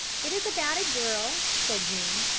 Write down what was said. it is about a girl, said jean,